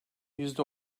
yüzde